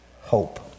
hope